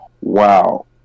wow